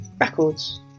records